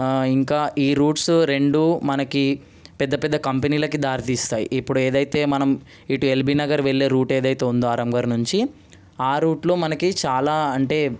ఆ ఇంకా ఈ రూట్స్ రెండు మనకి పెద్ద పెద్ద కంపెనీలకు దారి తీస్తాయి ఇప్పుడు ఏదైనా ఎల్బీనగర్ వెళ్ళే రూట్ ఏదైతే ఉందో ఆరాంఘర్ నుంచి ఆ రూట్లో మనకి చాలా అంటే